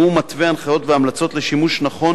והוא מתווה הנחיות והמלצות לשימוש נכון